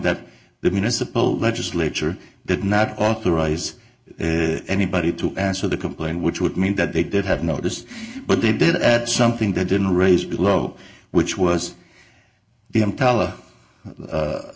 that the municipal legislature did not authorize anybody to answer the complaint which would mean that they did have noticed but they did add something they didn't raise below which was